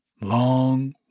long